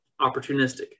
opportunistic